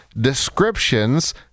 descriptions